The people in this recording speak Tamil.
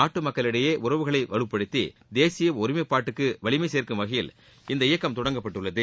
நாட்டு மக்களிடையே உறவுகளை வலுப்படுத்தி தேசிய ஒருமைப்பாட்டுக்கு வலிமை சேர்க்கும் வகையில் இந்த இயக்கம் தொடங்கப்பட்டுள்ளது